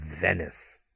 Venice